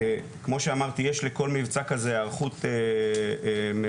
כמו שאמרתי, יש לכל מבצע כזה היערכות מלאה,